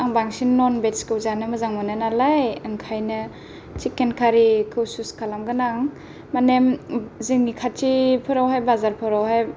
आं बांसिन नन भेजखौ जानो मोजां मोनो नालाय ओंखायनो सिखकेन खारिखौ सुस खालामगोन आं माने जोंनि खाथिफोराव हाय बाजारफोराव हाय